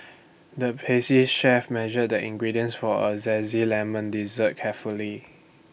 the pastry chef measured the ingredients for A Zesty Lemon Dessert carefully